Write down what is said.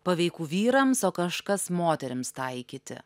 paveiku vyrams o kažkas moterims taikyti